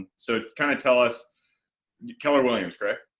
so kind of tell us keller williams correct?